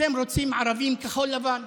אתם רוצים ערבים כחול לבן,